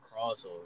crossover